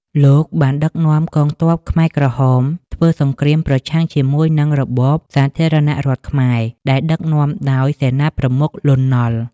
លោកបានដឹកនាំកងទ័ពខ្មែរក្រហមធ្វើសង្រ្គាមប្រឆាំងជាមួយនឹងរបបសាធារណៈរដ្ឋខ្មែរដែលដឹកនាំដោយសេនាប្រមុខ លន់ នល់។